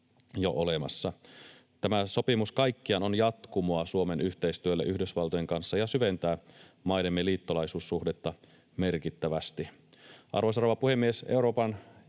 Tämä sopimus kaikkiaan on jatkumoa Suomen yhteistyölle Yhdysvaltojen kanssa ja syventää maidemme liittolaisuussuhdetta merkittävästi.